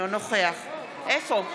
נגד צחי הנגבי,